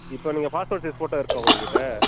இப்போ நீங்கள் passport size photo இருக்கா உங்கக்கிட்ட